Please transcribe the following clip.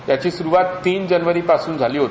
त्याची सुरूवात तीन जानेवारीपासून झाली आहे